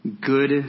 good